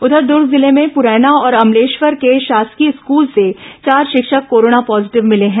उधर दूर्ग जिले में पूरैना और अमलेश्वर के शासकीय स्कूल से चार शिक्षक कोरोना पॉजीटिव मिले हैं